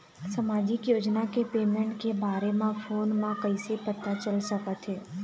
सामाजिक योजना के पेमेंट के बारे म फ़ोन म कइसे पता चल सकत हे?